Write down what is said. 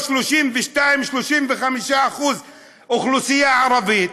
שבו 32% 35% אוכלוסייה ערבית,